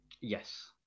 Yes